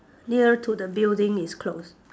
near to the building is closed